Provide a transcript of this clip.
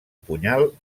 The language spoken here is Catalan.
punyal